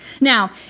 Now